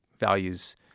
Values